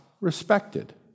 respected